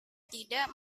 tidak